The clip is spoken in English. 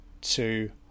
two